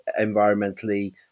environmentally